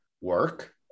work